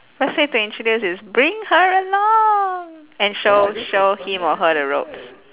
best way to introduce is bring her along and show show him or her the ropes